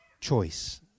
choice